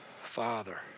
Father